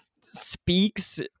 speaks